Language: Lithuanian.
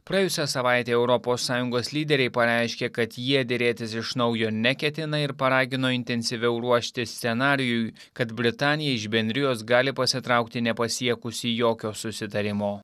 praėjusią savaitę europos sąjungos lyderiai pareiškė kad jie derėtis iš naujo neketina ir paragino intensyviau ruoštis scenarijui kad britanija iš bendrijos gali pasitraukti nepasiekusi jokio susitarimo